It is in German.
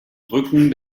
drücken